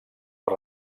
per